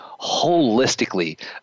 holistically